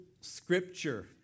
scripture